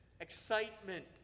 excitement